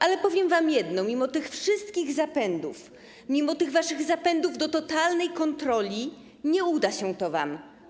Ale powiem wam jedno: mimo tych wszystkich zapędów, mimo tych waszych zapędów do totalnej kontroli nie uda się to wam.